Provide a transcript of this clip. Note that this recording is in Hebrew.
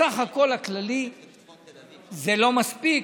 בסך הכול זה לא מספיק,